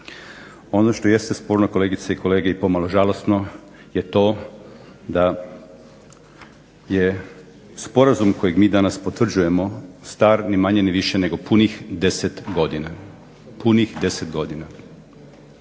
Ono što jeste sporno kolegice i kolege i pomalo žalosno je to da je sporazum kojeg mi danas potvrđujemo star ni manje ni više nego punih 10 godina,